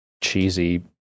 cheesy